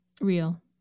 real